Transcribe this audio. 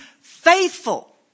faithful